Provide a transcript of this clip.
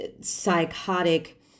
psychotic